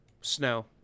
snow